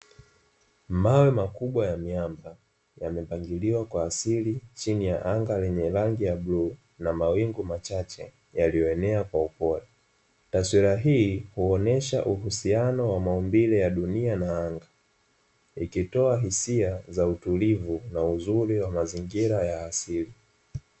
Mawe makubwa ya miamba yamepangiliwa kwa asili chini ya anga lenye rangi ya bluu, na mawingu machache yaliyoenea kwa upole. Taswira hii huonesha uhusiano ya maumbile ya duni na anga, ikitoa hisia za utulivu na uzuri wa mazingira ya asili.